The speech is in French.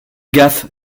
gaffe